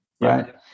Right